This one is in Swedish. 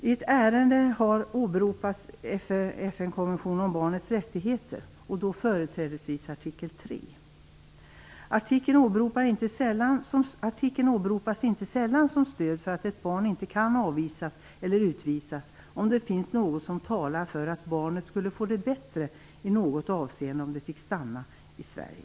"I ärendet har även åberopats FN-konventionen om barnets rättigheter och då företrädesvis artikel 3. - Artikeln åberopas inte sällan som stöd för att ett barn inte kan avvisas eller utvisas om det finns något som talar för att barnet skulle få det bättre i något avseende om det fick stanna i Sverige."